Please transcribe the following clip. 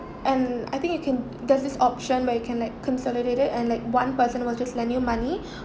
and I think you can there's this option where you can like consolidate it and like one person will just lend you money